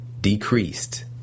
decreased